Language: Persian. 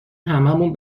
هممون